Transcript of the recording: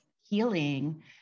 healing